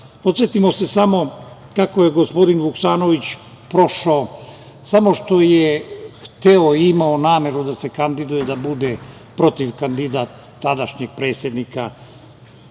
važno. Podsetimo se samo kako je gospodin Vuksanović prošao, samo što je hteo i imao nameru da se kandiduje, da bude protiv kandidat tadašnjeg predsednika